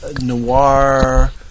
noir